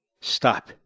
Stop